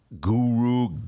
guru